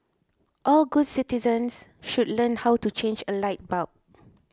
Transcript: all good citizens should learn how to change a light bulb